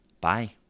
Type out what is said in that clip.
Bye